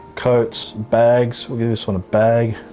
coats, bags. we'll give this one a bag.